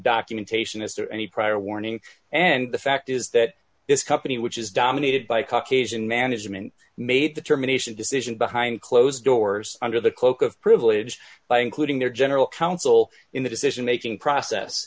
documentation is there any prior warning and the fact is that this company which is dominated by caucasian management made the termination decision behind closed d doors under the cloak of privilege by including their general counsel in the decision making process